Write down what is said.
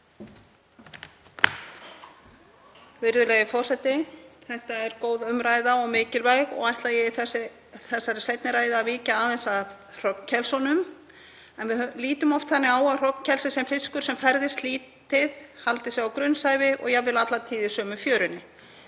Virðulegi forseti. Þetta er góð umræða og mikilvæg og ætla ég í þessari seinni ræðu að víkja aðeins að hrognkelsunum. Við lítum oft þannig á að hrognkelsi sé fiskur sem ferðist lítið, haldi sig á grunnsævi og jafnvel alla tíð í sömu fjörunni.